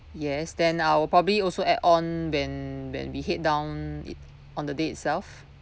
yes then I'll probably also add on when when we head down it on the day itself